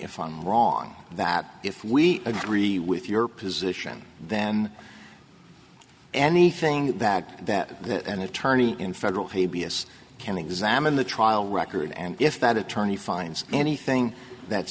if i'm wrong that if we agree with your position then anything that that that an attorney in federal habeas can examine the trial record and if that attorney finds anything that